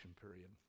period